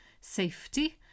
safety